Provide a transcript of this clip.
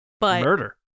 Murder